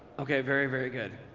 okay very very good,